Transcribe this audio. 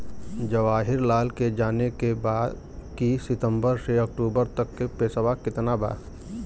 जवाहिर लाल के जाने के बा की सितंबर से अक्टूबर तक के पेसवा कितना बा?